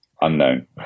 Unknown